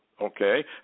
okay